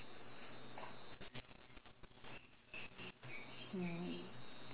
mmhmm